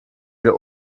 wir